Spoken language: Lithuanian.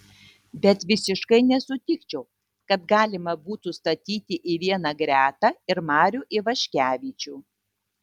bet visiškai nesutikčiau kad galima būtų statyti į vieną gretą ir marių ivaškevičių